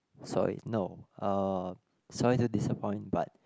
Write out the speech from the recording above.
sorry no uh sorry to disappoint but